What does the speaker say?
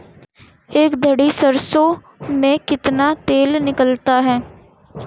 एक दही सरसों में कितना तेल निकलता है?